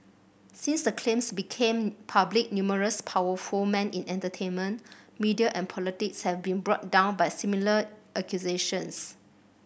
since the claims became public numerous powerful men in entertainment media and politics have been brought down by similar accusations